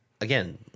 again